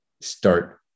start